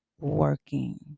working